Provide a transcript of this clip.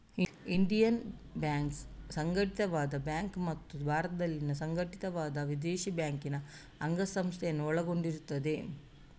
Indian banks ಸಂಘಟಿತ bank ಮತ್ತು ಭಾರತದಲ್ಲಿ ಸಂಘಟಿತವಾದ ವಿದೇಶಿ ಬ್ಯಾಂಕಿನ ಅಂಗಸಂಸ್ಥೆಯನ್ನು ಒಳಗೊಂಡಿರುತ್ತದೆ